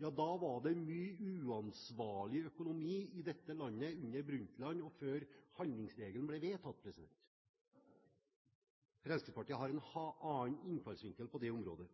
Ja, da var det mye uansvarlig økonomi i dette landet under Brundtland-regjeringen, før handlingsregelen ble vedtatt. Fremskrittspartiet har en annen innfallsvinkel på det området.